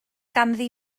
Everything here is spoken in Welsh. ganddi